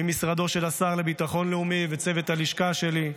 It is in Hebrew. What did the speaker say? למשרדו של השר לביטחון לאומי וצוות הלשכה שלי,